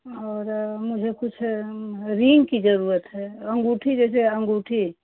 और मुझे कुछ रिंग की ज़रूरत है अंगूठी जैसे अंगूठी